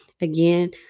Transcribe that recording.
Again